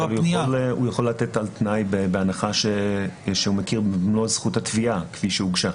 הוא יכול לתת על תנאי בהנחה שהוא מכיר במלוא זכות התביעה כפי שהוגשה.